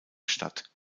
statt